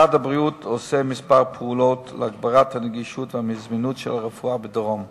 משרד הבריאות עושה כמה פעולות להגברת הנגישות והזמינות של הרפואה בדרום.